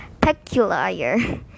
peculiar